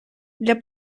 для